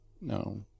No